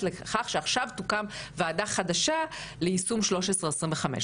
לכך שעכשיו תוקם ועדה חדשה ליישום 1325,